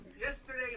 Yesterday